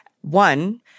One